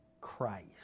Christ